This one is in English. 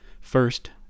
First